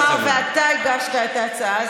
מאחר שאתה הגשת את ההצעה,